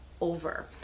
Over